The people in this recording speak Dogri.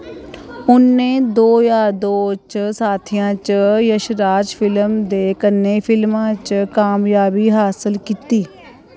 उ'नें दो ज्हार दो च साथिया च यशराज फिल्म दे कन्नै फिल्मा च कामयाबी हासल कीती